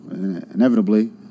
inevitably